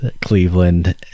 Cleveland